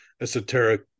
esoteric